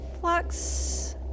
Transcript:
Flux